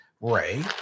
Ray